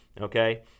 Okay